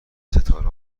ستاره